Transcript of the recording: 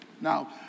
Now